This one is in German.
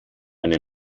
eine